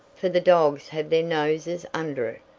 for the dogs have their noses under it,